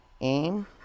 aim